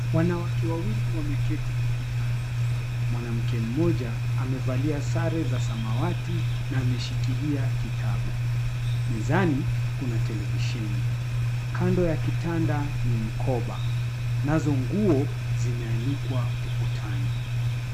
Wanawake wawili wameketi kwa kitanda. Mwanamke mmoja amevalia sare za samawati na ameshikilia kitabu. Mezani kuna televisheni. Kando ya kitanda ni mkoba nazo nguo zimeanikwa ukutani.